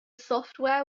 software